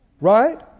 right